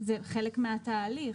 זה חלק מהתהליך.